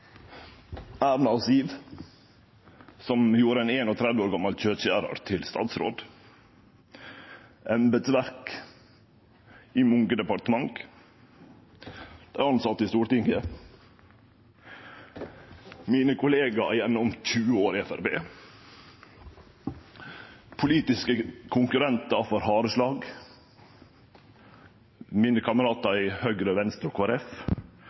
Erna og Siv, som gjorde ein 31 år gamal kjøtskjerar til statsråd, embetsverket i mange departement, dei tilsette i Stortinget, mine kollegaer gjennom 20 år i Framstegspartiet, politiske konkurrentar for harde slag, mine kameratar i Høgre, Venstre og